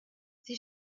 sie